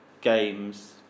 games